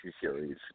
series